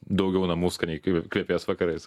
daugiau namų skaniai kve kvepės vakarais